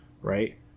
right